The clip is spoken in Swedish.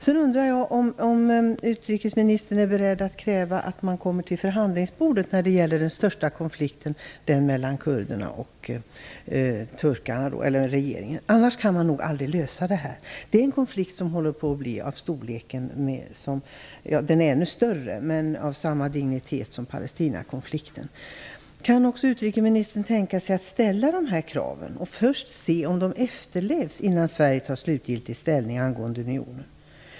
Jag undrar om utrikesministern är beredd att kräva att man kommer till förhandlingsbordet när det gäller den största konflikten - konflikten mellan kurderna och turkarna, regeringen. I annat fall kan man nog aldrig lösa det här. Konflikten håller på att bli av samma dignitet som Palestinakonflikten. Kan utrikesministern tänka sig att ställa de här kraven och först se om de efterlevs innan Sverige tar slutgiltig ställning angående unionen?